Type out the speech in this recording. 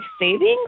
savings